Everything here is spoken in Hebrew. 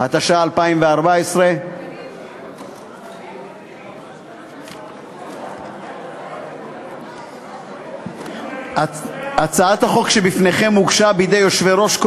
התשע"ה 2014. הצעת החוק שלפניכם הוגשה בידי יושבי-ראש כל